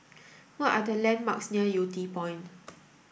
what are the landmarks near Yew Tee Point